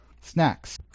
Snacks